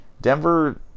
Denver